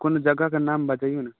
कोनो जगहके नाम बतैयौ ने